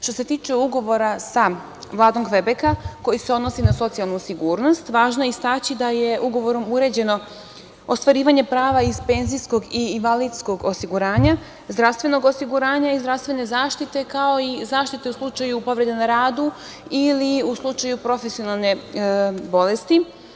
Što se tiče Ugovora sa Vladom Kvebeka, koji se odnosi na socijalnu sigurnost, važno je istaći da je ugovorom uređeno ostvarivanje prava iz penzijskog i invalidskog osiguranja, zdravstvenog osiguranja i zdravstvene zaštite, kao i zaštite u slučaju povrede na radu ili u slučaju profesionalne bolesti.